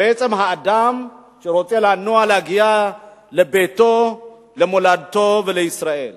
האדם שרוצה לנוע, להגיע לביתו, למולדתו, לישראל.